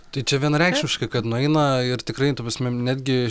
tai čia vienareikšmiškai kad nueina ir tikrai ta prasme netgi